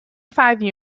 five